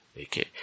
Okay